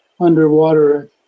underwater